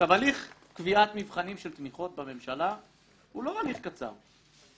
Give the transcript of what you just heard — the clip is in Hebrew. הליך קביעת מבחנים של תמיכות בממשלה הוא לא הליך קצר.